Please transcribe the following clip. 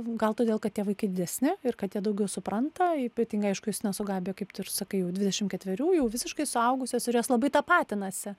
gal todėl kad tie vaikai didesni ir kad jie daugiau supranta ypatingai aišku justina su gabija kaip tu ir sakai jau dvidešim ketverių jau visiškai suaugusios ir jos labai tapatinasi